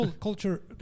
Culture